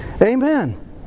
Amen